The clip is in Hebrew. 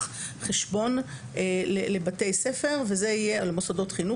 חשבון לבתי ספר וזה יהיה על מוסדות חינוך,